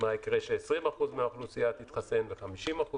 מה יקרה כש-20% מהאוכלוסייה תתחסן ו-50%,